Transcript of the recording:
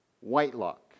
Whitelock